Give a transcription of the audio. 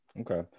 Okay